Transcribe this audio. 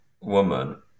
woman